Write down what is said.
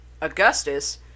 Augustus